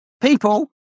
People